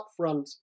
upfront